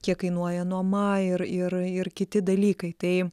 kiek kainuoja nuoma ir ir ir kiti dalykai tai